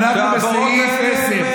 אנחנו בסעיף 10,